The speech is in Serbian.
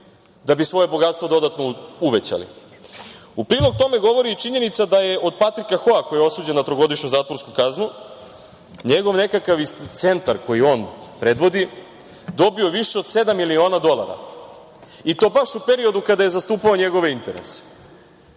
da bi svoje bogatstvo dodatno uvećali.U prilog tome govori i činjenica da je od Patrika Hoa, koji je osuđen na trogodišnju zatvorsku kaznu, njegov nekakav centar koji on predvodi dobio više od sedam miliona dolara i to baš u periodu kada je zastupao njegove interese.